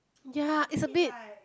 ya it's a bit